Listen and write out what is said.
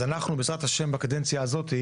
אז אנחנו בעזרת ה' בקדנציה הזאת,